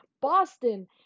Boston